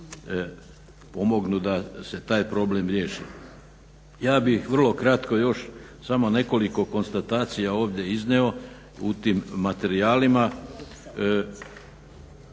da pomognu da se taj problem riješi. Ja bih vrlo kratko samo još nekoliko konstatacija ovdje iznio u tim materijalima.